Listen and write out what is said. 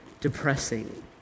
depressing